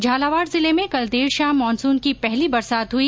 झालावाड जिले में कल देर शाम मानसून की पहली बरसात हुई